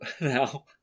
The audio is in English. Now